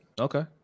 Okay